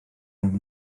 gen